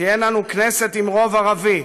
תהיה לנו כנסת עם רוב ערבי.